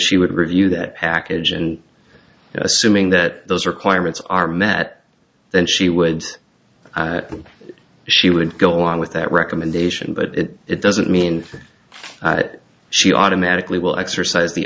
she would review that package and assuming that those requirements are met then she would she would go on with that recommendation but it doesn't mean that she automatically will exercise the